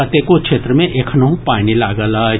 कतेको क्षेत्र मे एखनहुॅ पानि लागल अछि